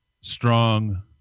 strong